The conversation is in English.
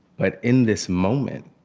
but in this moment,